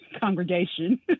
congregation